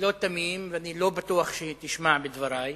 לא תמים ואני לא בטוח שהיא תשמע לדברי,